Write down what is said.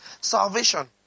salvation